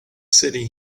city